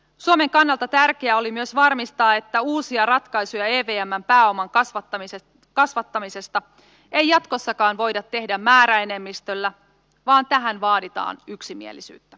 suomen kannalta tärkeää oli myös varmistaa että uusia ratkaisuja evmn pääoman kasvattamisesta ei jatkossakaan voida tehdä määräenemmistöllä vaan tähän vaaditaan yksimielisyyttä